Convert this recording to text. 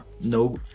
No